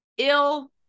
ill